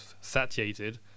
satiated